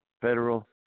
federal